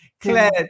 Claire